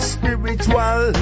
Spiritual